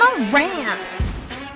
Rants